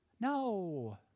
no